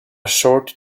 short